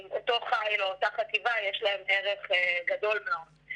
עם אותו חיל או אותה חטיבה יש להם ערך גדול מאוד.